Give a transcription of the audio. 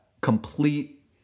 complete